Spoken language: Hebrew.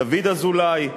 דוד אזולאי,